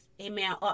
amen